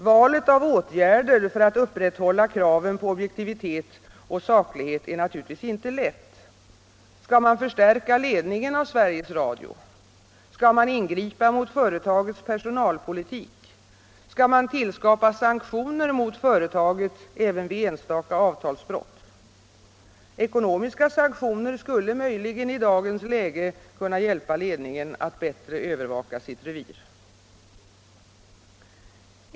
Valet av åtgärder för att upprätthålla kraven på objektivitet och saklighet är naturligtvis inte lätt. Skall man förstärka ledningen av Sveriges Radio? Skall man ingripa mot företagets personalpolitik? Skall man tillskapa sanktioner mot företaget även vid enstaka avtalsbrott? Ekonomiska sanktioner skulle möjligen i dagens läge kunna hjälpa ledningen att bättre övervaka sitt revir.